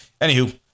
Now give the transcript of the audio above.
anywho